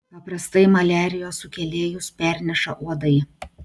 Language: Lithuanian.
paprastai maliarijos sukėlėjus perneša uodai